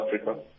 Africa